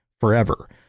forever